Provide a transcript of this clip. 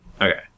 Okay